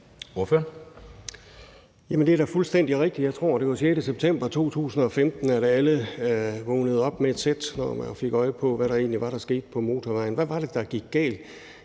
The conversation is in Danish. Det er fuldstændig rigtigt. Jeg tror, det var den 6. september 2015, at alle vågnede op med et sæt og fik øje på, hvad der egentlig skete på motorvejen. Hvad var det, der gik galt?